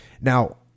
Now